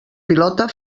pilota